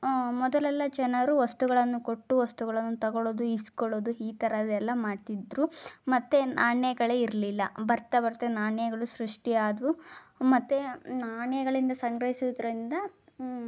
ಮೊದಲೆಲ್ಲ ಜನರು ವಸ್ತುಗಳನ್ನು ಕೊಟ್ಟು ವಸ್ತುಗಳನ್ನು ತಗೊಳೋದು ಇಸ್ಕೊಳೋದು ಈ ಥರದೆಲ್ಲ ಮಾಡ್ತಿದ್ದರು ಮತ್ತು ನಾಣ್ಯಗಳೇ ಇರಲಿಲ್ಲ ಬರ್ತಾ ಬರ್ತಾ ನಾಣ್ಯಗಳು ಸೃಷ್ಟಿಯಾದವು ಮತ್ತು ನಾಣ್ಯಗಳಿಂದ ಸಂಗ್ರಹಿಸೋದ್ರಿಂದ